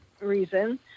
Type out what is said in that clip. reason